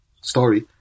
story